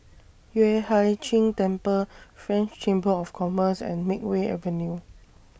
Yueh Hai Ching Temple French Chamber of Commerce and Makeway Avenue